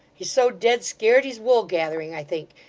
he's so dead scared, he's woolgathering, i think.